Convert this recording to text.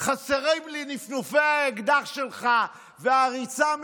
חסרים לי נפנופי האקדח שלך והריצה